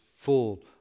full